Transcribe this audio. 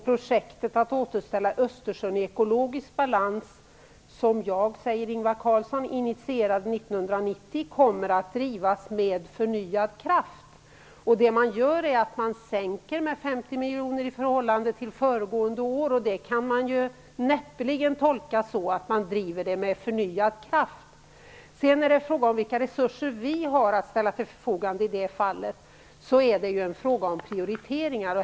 Projektet att återställa Östersjöns ekologiska balans, som initierades 1990, kommer att drivas med förnyad kraft. Det man gör är att man sänker nivån med 50 miljoner i förhållande till föregående år. Det kan man näppeligen tolka så att frågan drivs med förnyad kraft. Sedan är det naturligtvis fråga om vilka resurser vi har att ställa till förfogande. Det är en fråga om prioriteringar.